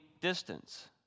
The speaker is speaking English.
distance